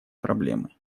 проблемы